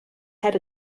had